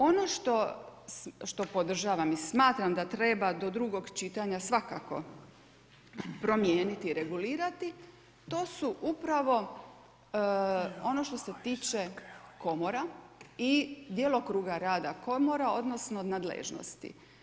Ono što podržavam i smatram da treba do drugog čitanja svakako promijeniti i regulirati to su upravo ono što se tiče komora i djelokruga rada komora, odnosno nadležnosti.